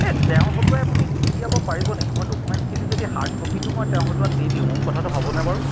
এই তেওঁৰ হতুৱাই আপুনি দি দিয়াব পাৰিব নেকি মই ডকুমেণ্টছখিনি যদি হাৰ্ড কপিটো মই তেওঁৰ হাতত দি দিওঁ কথাটো হ'ব নে বাৰু